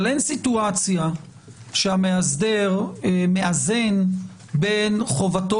אבל אין סיטואציה שהמאסדר מאזן בין חובתו